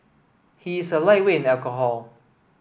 he is a lightweight in alcohol